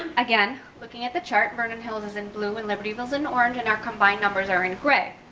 and again, looking at the chart, vernon hills is in blue and libertyville is in orange and our combined numbers are in gray.